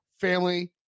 family